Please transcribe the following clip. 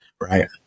right